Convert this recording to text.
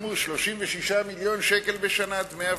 ישלמו 36 מיליון שקל בשנה דמי אבטלה.